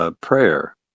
prayer